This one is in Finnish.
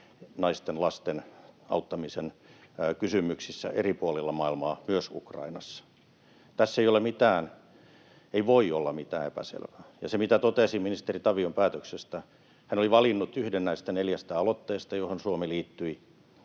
naisten, lasten auttamisen kysymyksissä eri puolilla maailmaa, myös Ukrainassa. Tässä ei ole mitään — ei voi olla mitään — epäselvää. Ja kuten totesin ministeri Tavion päätöksestä, hän oli valinnut näistä neljästä aloitteesta yhden, johon Suomi liittyi.